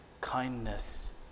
kindness